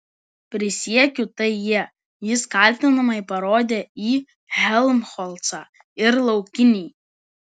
prisiekiu tai jie jis kaltinamai parodė į helmholcą ir laukinį